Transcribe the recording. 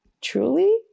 truly